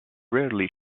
rarely